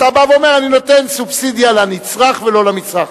אתה בא ואומר: אני נותן סובסידיה לנצרך ולא למצרך,